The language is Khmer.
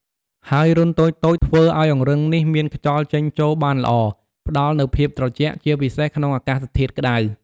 ហើយ រន្ធតូចៗ ធ្វើឲ្យអង្រឹងនេះមានខ្យល់ចេញចូលបានល្អ ផ្ដល់នូវភាពត្រជាក់ ជាពិសេសក្នុងអាកាសធាតុក្ដៅ។